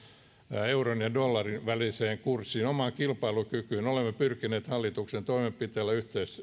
lainkaan euron ja dollarin väliseen kurssiin omaan kilpailukykyymme olemme pyrkineet hallituksen toimenpiteillä